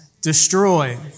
Destroy